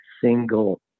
single